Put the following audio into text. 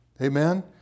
Amen